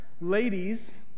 Ladies